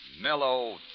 mellow